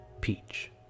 Peach